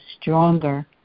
stronger